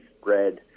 spread